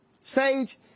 Sage